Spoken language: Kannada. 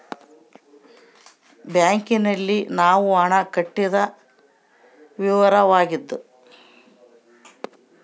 ಬ್ಯಾಂಕ್ ನಲ್ಲಿ ನಾವು ಹಣ ಕಟ್ಟಿದ ವಿವರವಾಗ್ಯಾದ